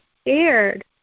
scared